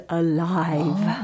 alive